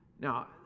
Now